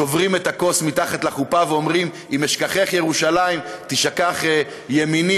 שוברים את הכוס מתחת לחופה ואומרים "אם אשכחך ירושלים תשכח ימיני",